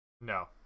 No